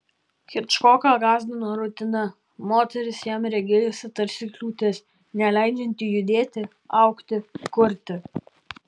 hičkoką gąsdino rutina moteris jam regėjosi tarsi kliūtis neleidžianti judėti augti kurti